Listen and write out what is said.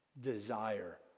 desire